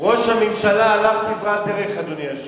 ראש הממשלה הלך כברת דרך, אדוני היושב-ראש.